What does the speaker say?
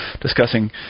discussing